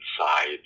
inside